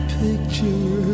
picture